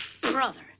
Brother